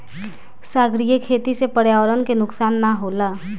सागरीय खेती से पर्यावरण के नुकसान ना होला